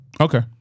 Okay